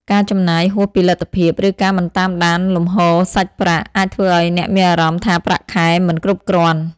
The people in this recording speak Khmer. ការចំណាយហួសពីលទ្ធភាព ឬការមិនតាមដានលំហូរសាច់ប្រាក់ អាចធ្វើឲ្យអ្នកមានអារម្មណ៍ថាប្រាក់ខែមិនគ្រប់គ្រាន់។